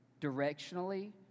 directionally